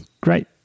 Great